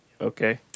okay